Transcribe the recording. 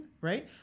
right